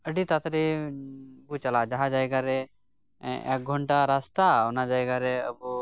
ᱟᱹᱰᱤ ᱛᱟᱲᱟ ᱛᱟᱹᱲᱤ ᱠᱩ ᱪᱟᱞᱟᱜᱼᱟ ᱡᱟᱦᱟᱸ ᱡᱟᱭᱜᱟ ᱨᱮᱮᱠᱜᱷᱚᱱᱴᱟ ᱨᱟᱥᱛᱟ ᱚᱱᱟ ᱡᱟᱭᱜᱟ ᱨᱮ ᱟᱵᱩ